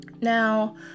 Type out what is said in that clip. Now